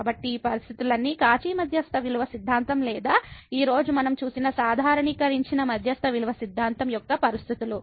కాబట్టి ఈ పరిస్థితులన్నీ కాచి మధ్యస్థ విలువ సిద్ధాంతం లేదా ఈ రోజు మనం చూసిన సాధారణీకరించిన మధ్యస్థ విలువ సిద్ధాంతం యొక్క పరిస్థితులు